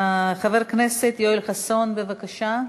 חבר הכנסת יואל חסון, בבקשה.